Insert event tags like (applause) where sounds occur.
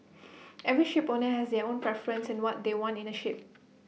(noise) every shipowner has their own (noise) preference in what they want in A ship